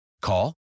Call